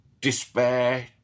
despair